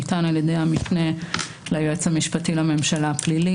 על ידי המשנה ליועץ המשפטי לממשלה הפלילי